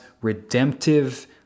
redemptive